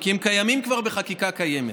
כי הם קיימים כבר בחקיקה הקיימת,